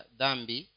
dambi